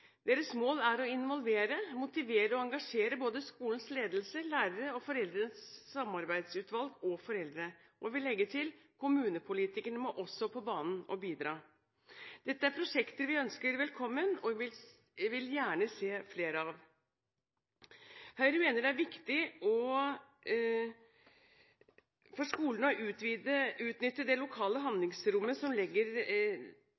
Deres mål er å involvere, motivere og engasjere både skolens ledelse, lærere, foreldrenes samarbeidsutvalg og foreldrene. Jeg vil legge til: Kommunepolitikerne må også på banen og bidra. Dette er prosjekter vi ønsker velkommen, og som vi gjerne vil se flere av. Høyre mener det er viktig for skolene å utnytte det lokale